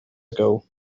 ago